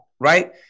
right